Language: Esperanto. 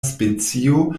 specio